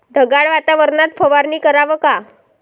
ढगाळ वातावरनात फवारनी कराव का?